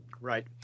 Right